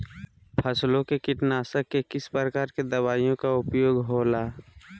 फसलों के कीटनाशक के किस प्रकार के दवाइयों का उपयोग हो ला?